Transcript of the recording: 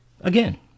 again